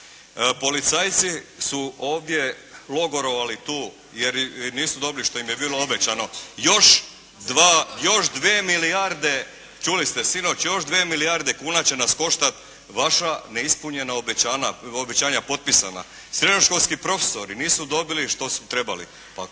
policajci su ovdje logorovali tu jer nisu dobili što im je bilo obećano. Još 2 milijarde, čuli ste sinoć, još 2 milijarde kuna će nas koštati vaša neispunjena obećanja potpisana. Srednjoškolski profesori nisu dobili što su trebali.